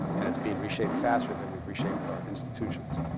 and it's being reshaped faster than we've reshaped our institutions.